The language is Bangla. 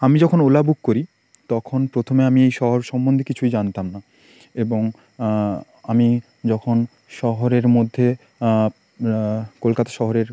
আমি যখন ওলা বুক করি তখন প্রথমে আমি এই শহর সম্বন্ধে কিছুই জানতাম না এবং আমি যখন শহরের মধ্যে কলকাতা শহরের